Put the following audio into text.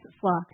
flock